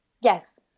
Yes